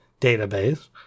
database